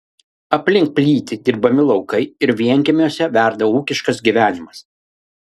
aplink plyti dirbami laukai ir vienkiemiuose verda ūkiškas gyvenimas